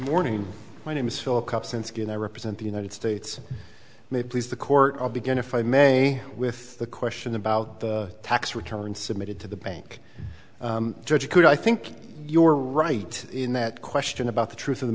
morning my name is philip cups and skin i represent the united states may please the court i'll begin if i may with the question about the tax return submitted to the bank judge could i think you were right in that question about the truth of the